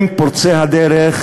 הם פורצי הדרך,